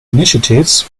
initiatives